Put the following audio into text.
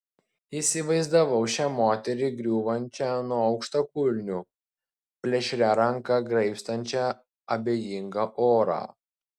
įsivaizdavau šią moterį griūvančią nuo aukštakulnių plėšria ranka graibstančią abejingą orą